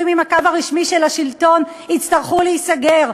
עם הקו הרשמי של השלטון יצטרכו להיסגר,